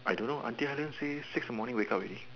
I don't know auntie Ellen says six in the morning wake up already